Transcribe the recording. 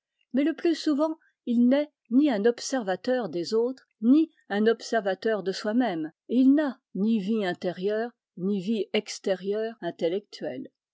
mais le plus souvent il n'est ni un observateur des autres ni un observateur de soi-même et il n'a ni vie intérieure ni vie extérieure intellectuelle